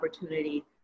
opportunity